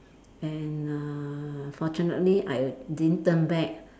and uh fortunately I didn't turn back